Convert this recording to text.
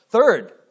Third